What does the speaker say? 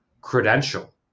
credential